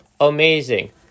amazing